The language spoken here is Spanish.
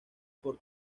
por